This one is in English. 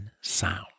sound